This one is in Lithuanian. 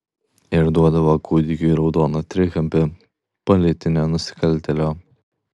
ir duodavo kūdikiui raudoną trikampį politinio nusikaltėlio